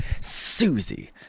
Susie